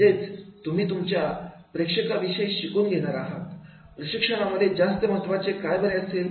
म्हणजेच तुम्ही तुमच्या प्रेक्षका विषयी शिकून घेणार आहात प्रशिक्षणामध्ये जास्त महत्त्वाचे काय बरे असेल